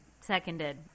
seconded